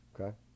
Okay